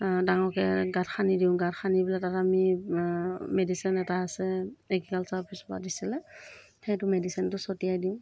ডাঙৰকৈ গাঁত খানি দিওঁ গাঁত খান্দি পেলাই তাত আমি মেডিচিন এটা আছে এগ্ৰিকালচাৰ অফিচৰ পৰা দিছিলে সেইটো মেডিচিনটো ছটিয়াই দিওঁ